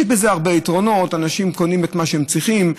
יש בזה הרבה יתרונות: אנשים קונים את מה שהם צריכים,